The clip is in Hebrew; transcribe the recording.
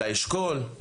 לאשכול,